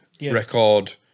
record